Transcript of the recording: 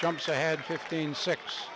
jumps i had fifteen seconds